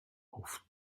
auf